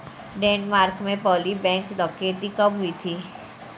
Denmark में पहली bank डकैती कब हुई थी?